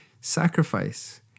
sacrifice